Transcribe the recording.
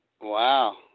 Wow